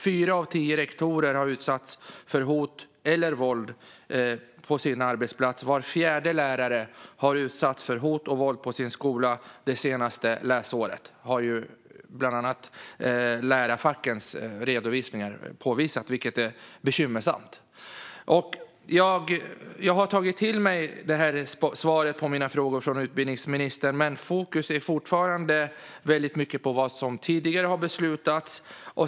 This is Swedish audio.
Fyra av tio rektorer har utsatts för hot eller våld på sin arbetsplats. Var fjärde lärare har utsatts för hot och våld på sin skola det senaste läsåret. Detta har bland annat lärarfacken redovisat. Det är bekymmersamt. Jag har tagit till mig utbildningsministerns svar på mina frågor, men fokus är fortfarande väldigt mycket på vad som tidigare har beslutats.